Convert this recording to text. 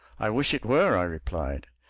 i wish it were, i replied.